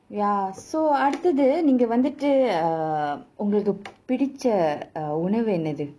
ya so நீங்க வந்துட்டு:neenga vanthuttu err உங்களுக்கு பிடிச்ச உணவு என்னது:ungalukku pidicha unavu ennathu